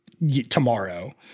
tomorrow